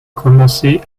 commencé